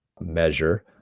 measure